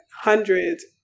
hundreds